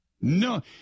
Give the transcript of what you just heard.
No